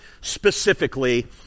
specifically